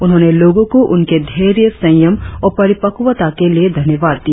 उन्होंने लोगों को उनके धैर्य संयम और परिपक्वता के लिए धन्यवाद दिया